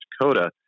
Dakota